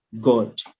God